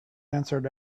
answered